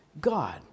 God